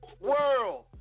world